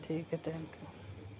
ठीक ऐ thank U